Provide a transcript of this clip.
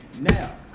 now